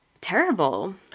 terrible